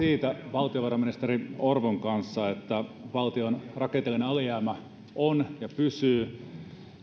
valtiovarainministeri orpon kanssa siitä että valtion rakenteellinen alijäämä on ja pysyy